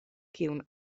kiun